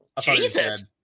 Jesus